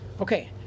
Okay